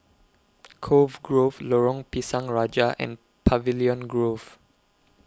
Cove Grove Lorong Pisang Raja and Pavilion Grove